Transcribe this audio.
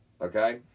okay